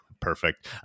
Perfect